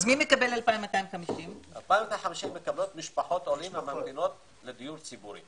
2,250 מקבלות משפחות עולים שממתינות לדיור ציבורי.